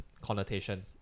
connotation